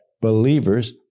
believers